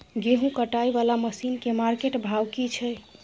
गेहूं कटाई वाला मसीन के मार्केट भाव की छै?